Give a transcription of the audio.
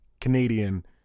Canadian